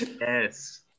Yes